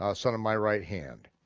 ah son of my right hand.